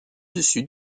dessus